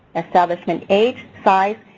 establishment age, size,